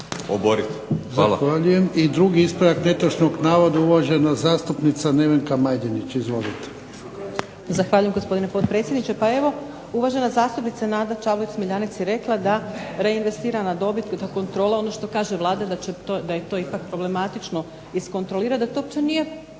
Zahvaljujem. I drugi ispravak netočnog navoda, uvažena zastupnica Nevenka Majdenić. Izvolite.